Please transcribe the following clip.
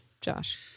Josh